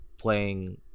playing